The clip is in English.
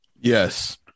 Yes